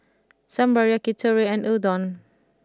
Sambar Yakitori and Udon